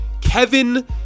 Kevin